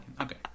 Okay